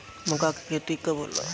माका के खेती कब होला?